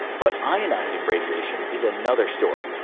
but ionizing radiation is another story.